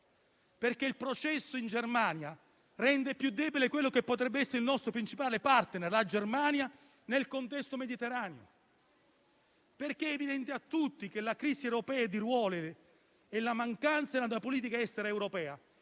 perché il processo in Germania rende più debole quello che potrebbe essere il nostro principale *partner* (la Germania) nel contesto mediterraneo. È evidente a tutti che la crisi europea è dei ruoli e la mancanza della politica estera europea,